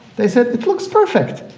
they said it looks perfect,